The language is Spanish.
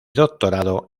doctorado